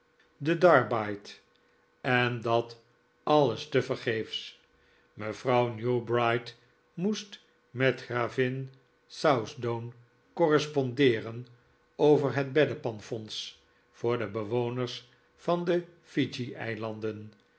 darbyite en dat alles tevergeefs mevrouw newbright moest met gravin southdown correspondeeren over het beddepan fonds voor de bewoners van de